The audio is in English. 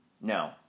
No